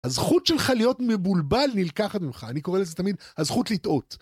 הזכות שלך להיות מבולבל נלקחת ממך, אני קורא לזה תמיד הזכות לטעות.